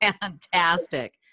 fantastic